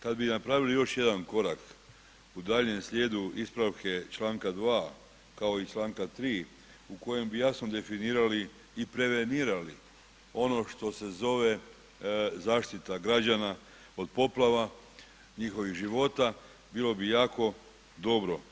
Kad bi napravili još jedna korak u daljnjem slijedu ispravke članka 2. kao i članka 3. u kojem bi jasno definirali i prevenirali ono što se zove zaštita građana od poplava, njihovih života, bilo bi jako dobro.